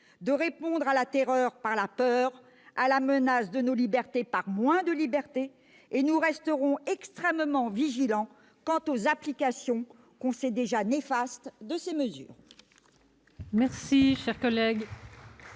de répondre à la terreur par la peur et à la menace sur nos libertés par moins de liberté. Nous resterons extrêmement vigilants quant aux applications, que nous savons déjà néfastes, de ces mesures.